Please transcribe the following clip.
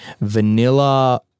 vanilla